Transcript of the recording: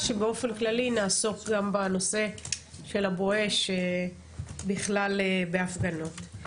שבאופן כללי נעסוק גם בנושא של ה"בואש" בכלל בהפגנות.